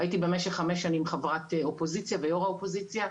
הייתי במשך חמש שנים חברת אופוזיציה ויושבת ראש האופוזיציה.